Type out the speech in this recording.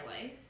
life